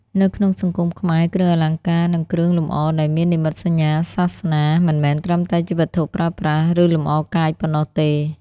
នៅក្នុងសង្គមខ្មែរ គ្រឿងអលង្ការ និងគ្រឿងលម្អដែលមាននិមិត្តសញ្ញាសាសនា មិនមែនត្រឹមតែជាវត្ថុប្រើប្រាស់ ឬលម្អកាយប៉ុណ្ណោះទេ។